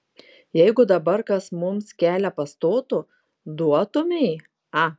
jeigu dabar kas mums kelią pastotų duotumei a